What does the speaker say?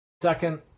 Second